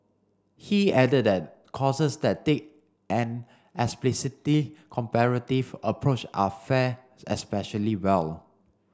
he added that courses that take an comparative approach a fare especially well